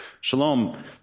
Shalom